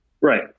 right